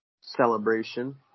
celebration